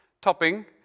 topping